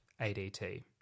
ADT